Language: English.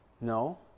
no